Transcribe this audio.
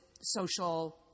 social